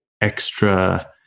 extra